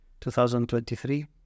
2023